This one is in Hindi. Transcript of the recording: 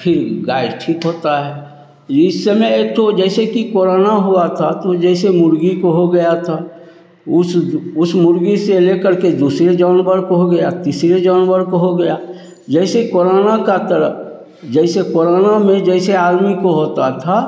फिर गाय ठीक होती है इस समय एक ठो जैसे कि कोरोना हुआ था तो जैसे मुर्ग़ी को हो गया था उस उस मुर्ग़ी से लेकर के दूसरे जानवर को हो गया तीसरे जानवर को हो गया जैसे कोरोना की तरह जैसे कोरोना में जैसे आदमी को होता था